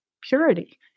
purity